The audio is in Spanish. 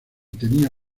tenía